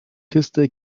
küste